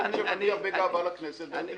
הוא חוק שמביא הרבה גאווה לכנסת וצריך להיות גאים בו.